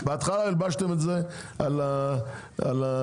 בהתחלה הלבשתם את זה על הקורונה,